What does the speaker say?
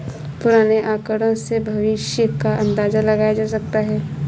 पुराने आकड़ों से भविष्य का अंदाजा लगाया जा सकता है